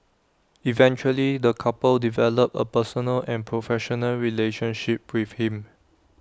eventually the couple developed A personal and professional relationship with him